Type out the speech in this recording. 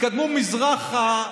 התקדמו מזרחה.